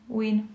win